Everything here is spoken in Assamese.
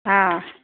অঁ